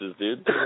dude